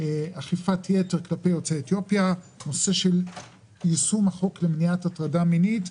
אכיפת יתר כלפי יוצאי אתיופיה ונושא של יישום החוק למניעת הטרדה מינית.